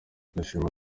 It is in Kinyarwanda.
ndashima